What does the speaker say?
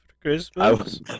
Christmas